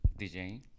dj